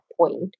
point